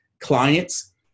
clients